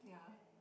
ya